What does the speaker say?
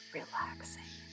relaxing